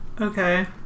Okay